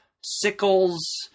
sickles